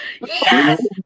Yes